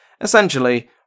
Essentially